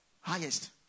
highest